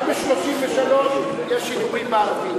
רק ב-33 יש שידורים בערבית.